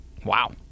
Wow